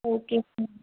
okay fine